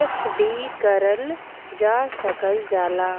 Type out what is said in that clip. FD करल जा सकल जाला